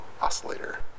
oscillator